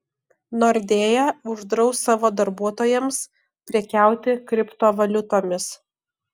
nordea uždraus savo darbuotojams prekiauti kriptovaliutomis